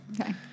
Okay